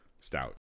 stout